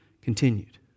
continued